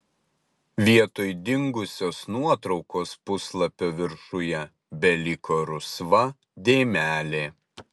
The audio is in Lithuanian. vietoj dingusios nuotraukos puslapio viršuje beliko rusva dėmelė